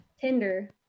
Tinder